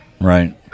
right